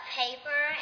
paper